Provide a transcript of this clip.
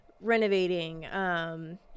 renovating